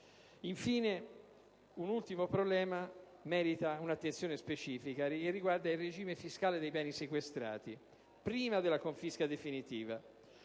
Infine, un ultimo problema merita un'attenzione specifica, e riguarda il regime fiscale dei beni sequestrati prima della confisca definitiva.